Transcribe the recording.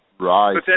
Right